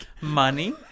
Money